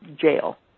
jail